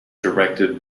directed